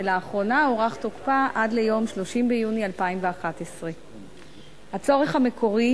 ולאחרונה הוארך תוקפה עד ליום 30 ביוני 2011. הצורך המקורי